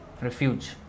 refuge